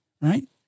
Right